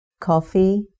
Coffee